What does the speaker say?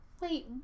Wait